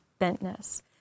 bentness